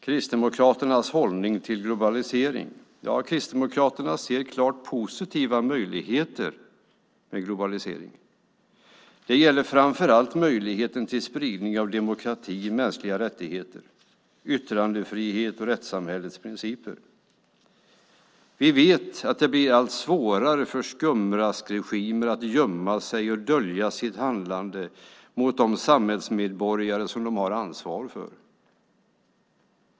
Kristdemokraterna ser klart positiva möjligheter med globalisering. Det gäller framför allt möjligheten till spridning av demokrati, mänskliga rättigheter, yttrandefrihet och rättssamhällets principer. Vi vet att det blir allt svårare för skumraskregimer att gömma sig och dölja sitt handlande mot de samhällsmedborgare de har ansvar för.